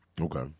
Okay